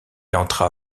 entra